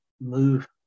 move